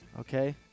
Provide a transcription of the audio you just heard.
okay